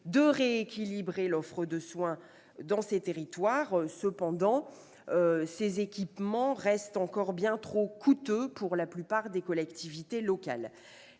de rééquilibrer l'offre de soins dans ces territoires. Cependant, ces équipements restent encore bien trop coûteux pour la plupart des collectivités locales.